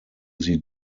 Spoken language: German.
sie